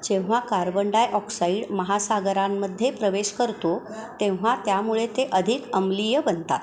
जेव्हा carbon dioxide महासागरांमध्ये प्रवेश करतो तेव्हा त्यामुळे ते अधिक अम्लीय बनतात